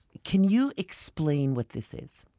can you explain what this is?